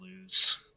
lose